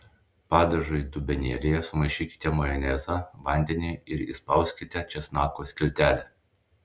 padažui dubenėlyje sumaišykite majonezą vandenį ir įspauskite česnako skiltelę